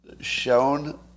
shown